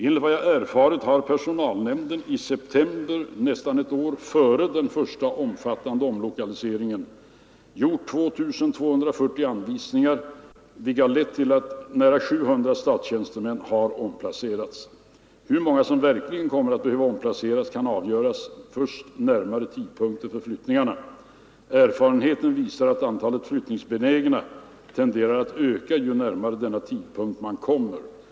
Enligt vad jag erfarit hade personalnämnden i september — nästan ett år före den första omfattande omlokaliseringsomgången — gjort 2240 Nr 113 Tisdagen den många som verkligen kommer att behöva omplaceras kan avgöras först 5 november 1974 närmare tidpunkten för flyttningarna. Erfarenheten visar att antalet flytt ningsbenägna tenderar att öka ju närmare denna tidpunkt man kommer. anvisningar, vilket lett till att nära 700 statstjänstemän omplacerats. Hur Ang.